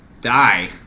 die